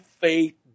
faith